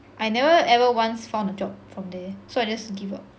I never ever once found a job from there so I just give up